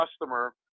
customer